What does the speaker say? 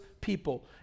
people